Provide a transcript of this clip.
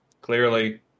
Clearly